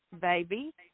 baby